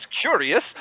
curious